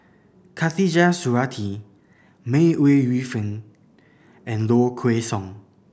Khatijah Surattee May Ooi Yu Fen and Low Kway Song